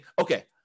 okay